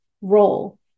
role